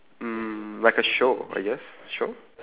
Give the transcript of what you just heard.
mm like a show I guess show